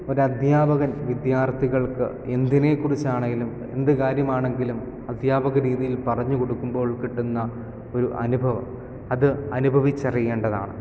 ഒരു അധ്യാപകൻ വിദ്യാർത്ഥികൾക്ക് എന്തിനെ കുറിച്ച് ആണെങ്കിലും എന്ത് കാര്യമാണെങ്കിലും അധ്യാപക രീതിയിൽ പറഞ്ഞു കൊടുക്കുമ്പോൾ കിട്ടുന്ന ഒരു അനുഭവം അത് അനുഭവിച്ചറിയേണ്ടതാണ്